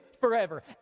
forever